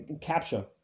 capture